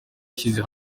yashyize